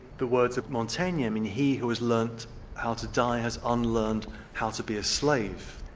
the words of montaigne, i mean he who has learnt how to die has unlearned how to be a slave.